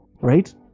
right